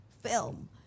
film